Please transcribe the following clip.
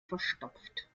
verstopft